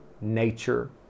nature